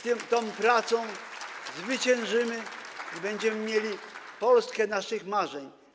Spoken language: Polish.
Tą pracą zwyciężymy i będziemy mieli Polskę naszych marzeń.